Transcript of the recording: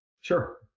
Sure